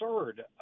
absurd